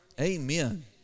Amen